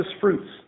fruits